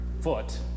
foot